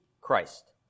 Christ